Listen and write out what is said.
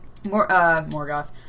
Morgoth